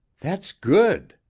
that's good!